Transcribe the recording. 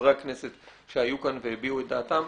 חברי הכנסת שהיו כאן והביעו את דעתם: